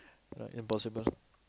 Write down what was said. impossible